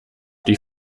die